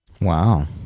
Wow